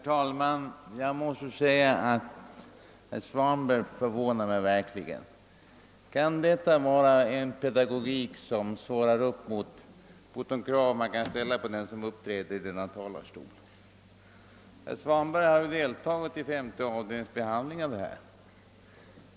Herr talman! Herr Svanberg fövånar mig verkligen. Kan detta vara en pedagogik som svarar mot de krav man kan ställa på den som uppträder i denna talarstol? | Herr Svanberg har ju deltagit i avdelningens behandling av detta ärende.